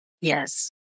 Yes